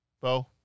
Bo